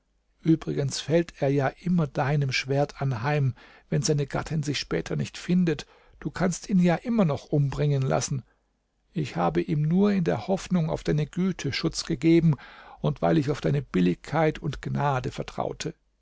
übrigens fällt er ja immer deinem schwert anheim wenn seine gattin sich später nicht findet du kannst ihn ja immer noch umbringen lassen ich habe ihm nur in der hoffnung auf deine güte schutz gegeben und weil ich auf deine billigkeit und gnade vertraute